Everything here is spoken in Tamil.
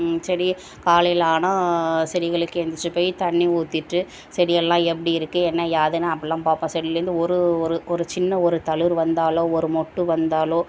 செடி காலையில் ஆன செடிகளுக்கு எழுந்திரிச்சிப்போய் தண்ணி ஊற்றிட்டு செடியெல்லாம் எப்படி இருக்குது என்ன ஏதுனு அப்படிலாம் பார்ப்போம் செடியில் இருந்து ஒரு ஒரு ஒரு சின்ன ஒரு தளிர் வந்தாலோ ஒரு மொட்டு வந்தாலோ